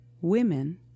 women